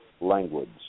language